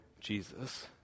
Jesus